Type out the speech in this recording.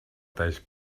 talls